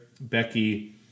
Becky